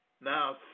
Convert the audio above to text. Now